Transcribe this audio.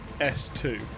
S2